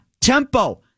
tempo